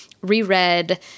reread